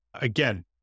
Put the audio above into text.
again